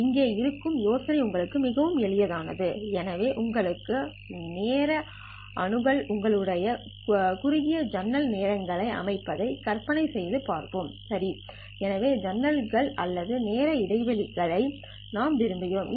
இங்கே இருக்கும் யோசனை உங்களுக்கு மிகவும் எளிதானது எனவே உங்களிடம் நேர அணுகல் உள்ளதால் குறுகிய ஜன்னல்கள் நேரம்களை அமைப்பதை கற்பனை செய்து பார்ப்போம் சரி எனவே ஜன்னல்கள் அல்லது நேர இடைவெளிகள் நாம் விரும்புகிறோம்